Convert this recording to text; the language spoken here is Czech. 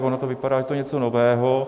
Ono to vypadá, že je to něco nového.